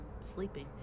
sleeping